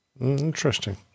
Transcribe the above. Interesting